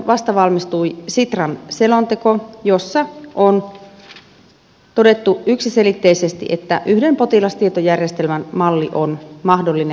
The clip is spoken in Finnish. vasta valmistui sitran selonteko jossa on todettu yksiselitteisesti että yhden potilastietojärjestelmän malli on mahdollinen